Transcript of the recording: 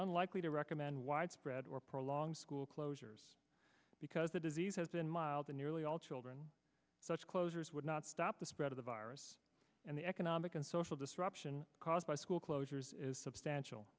unlikely to recommend widespread or prolonged school closures because the disease has been mild in nearly all children such closures would not stop the spread of the virus and the economic and social disruption caused by school closures is substantial